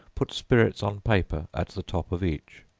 put spirits on paper at the top of each.